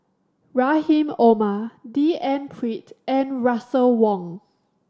Rahim Omar D N Pritt and Russel Wong